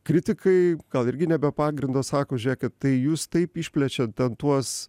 kritikai gal irgi ne be pagrindo sako žiūrėkit tai jūs taip išplečiat ten tuos